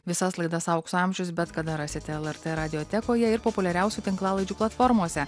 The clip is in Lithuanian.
visas laidas aukso amžius bet kada rasite lrt radiotekoje ir populiariausių tinklalaidžių platformose